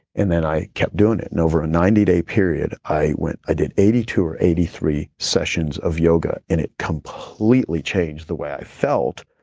and then i kept doing it. and over a ninety day period, i went i did eighty two or eighty three sessions of yoga and it completely changed the way i felt